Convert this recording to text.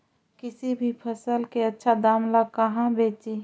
किसी भी फसल के आछा दाम ला कहा बेची?